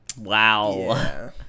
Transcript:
Wow